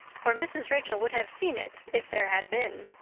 for mrs. rachel would have seen it if there had been.